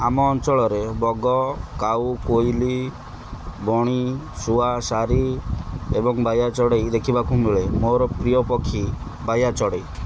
ଆମ ଅଞ୍ଚଳରେ ବଗ କାଉ କୋଇଲି ବଣି ଶୁଆ ସାରି ଏବଂ ବାୟା ଚଢ଼େଇ ଦେଖିବାକୁ ମିଳେ ମୋର ପ୍ରିୟ ପକ୍ଷୀ ବାୟା ଚଢ଼େଇ